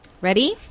Ready